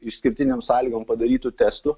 išskirtinėm sąlygom padarytu testu